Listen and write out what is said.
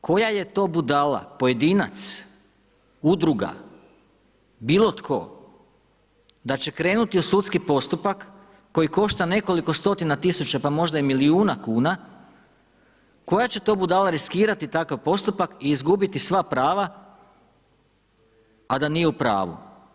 koja je to budala, pojedinac, udruga, bilo tko, da će krenuti u sudski postupak koji košta nekoliko stotina tisuća, pa možda i milijuna kn, koja će to budala riskirati takav postupak i izgubiti sva prava a da nije u pravu?